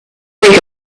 think